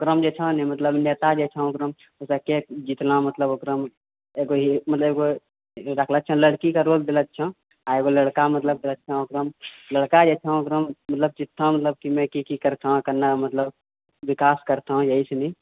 ओकरामे जे छँ न मतलब नेता जे छँ के जितना मतलब ओकरामे एगो मतलब एगो राखले छँ लड़कीके रोल देले छँ आ एगो लड़का मतलब छँ एकदम लड़का जे छँ ओकरामे मतलब किसान मतलब की की करतऽ कना मतलब विकाश करतऽ यही सुनी